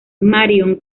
marion